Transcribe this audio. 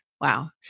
Wow